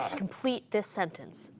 complete this sentence.